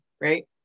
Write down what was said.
right